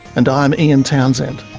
and i'm ian townsend